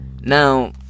Now